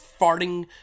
farting